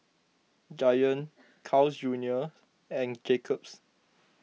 Giant Carl's Junior and Jacob's